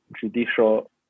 judicial